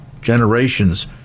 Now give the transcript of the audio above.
generations